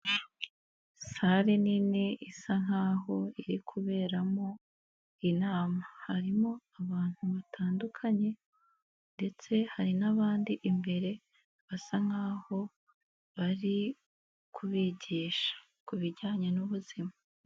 Sale nini isa nkaho iri kuberamo inama, harimo abantu batandukanye ndetse hari n'abandi imbere basa nkaho bari kubigisha kubijyanye n'ubuzima.